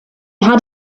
had